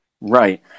right